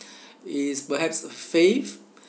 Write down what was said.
it is perhaps faith